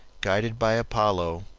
guided by apollo,